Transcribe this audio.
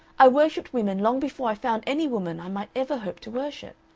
i worshipped women long before i found any woman i might ever hope to worship.